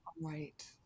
Right